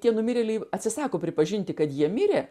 tie numirėliai atsisako pripažinti kad jie mirė